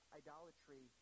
idolatry